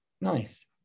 Nice